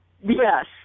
Yes